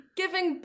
giving